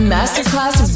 Masterclass